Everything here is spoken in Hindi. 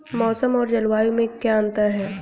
मौसम और जलवायु में क्या अंतर?